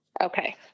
Okay